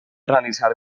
realitzar